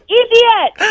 idiot